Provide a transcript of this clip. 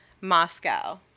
Moscow